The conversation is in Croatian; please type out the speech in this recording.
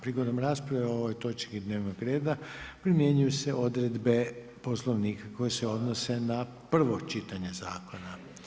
Prigodom rasprave o ovoj točki dnevnog reda primjenjuju se odredbe Poslovnika koje se odnose na prvo čitanje zakona.